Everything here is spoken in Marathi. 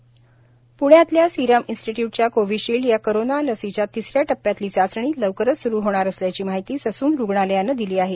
कोविशिल्ड प्ण्यातल्या सीरम इन्स्टिटय़ूटच्या कोविशिल्ड या कोरोना लसीच्या तिसऱ्या टप्प्यातली चाचणी लवकरच स्रू होणार असल्याची माहिती ससून रुग्णालयानं दिली आहे